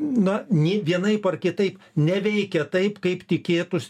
na nė vienaip ar kitaip neveikia taip kaip tikėtųs